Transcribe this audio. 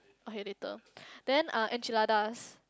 okay later then uh enchiladas